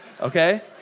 okay